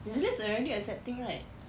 new zealand's already accepting right